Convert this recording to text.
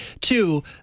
Two